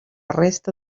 resta